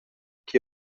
che